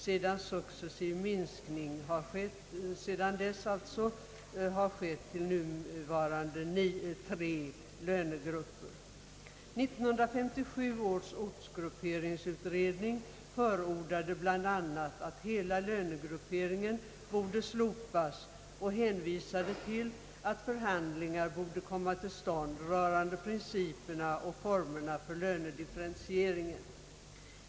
Sedan har det successivt skett en minskning till nuvarande tre lönegrupper. 1957 års ortsgrupperingsutredning förordade bland annat att hela lönegraderingen borde slopas och att förhandlingar borde komma till stånd rörande principerna och formerna för lönedifferentieringen.